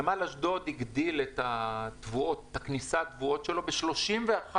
נמל אשדוד הגדיל את כניסת התבואות שלו ב-31%